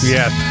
Yes